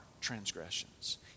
transgressions